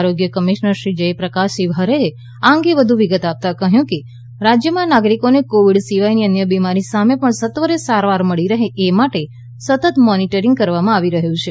આરોગ્ય કમિશનર શ્રી જયપ્રકાશ શિવહરેએ આ અંગે વધુ વિગતો આપતાં કહ્યું કે રાજ્યમાં નાગરિકોને કોવિડ સિવાયની અન્ય બિમારી સામે પણ સત્વરે સારવાર મળી રહે એ માટે સતત મોનીટરીંગ પણ કરવામાં આવી રહ્યું છે